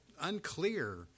unclear